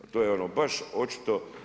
A to je ono baš očito.